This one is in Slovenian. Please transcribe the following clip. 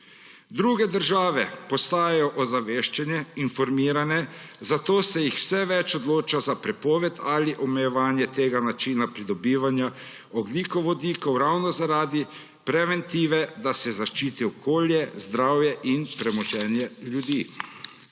Druge države postajajo ozaveščene, informirane, zato se jih vse več odloča za prepoved ali omejevanje tega načina pridobivanja ogljikovodikov ravno zaradi preventive, da se zaščiti okolje, zdravje in premoženje ljudi.